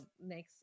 next